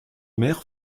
mer